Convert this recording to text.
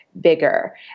bigger